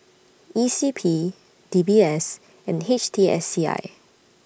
E C P D B S and H T S C I